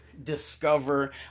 discover